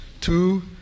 Two